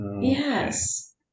Yes